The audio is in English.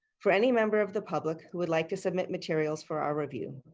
for any member of the public who would like to submit materials for our review,